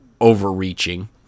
overreaching